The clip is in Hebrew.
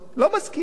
לא מסכים.